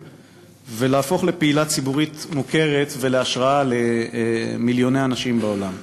ולהפוך לפעילת ציבור מוכרת ולגורם השראה למיליוני אנשים בעולם.